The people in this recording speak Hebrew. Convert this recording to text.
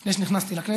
לפני שנכנסתי לכנסת.